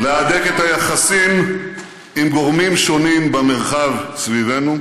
להדק את היחסים עם גורמים שונים במרחב סביבנו.